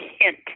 hint